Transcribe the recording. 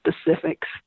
specifics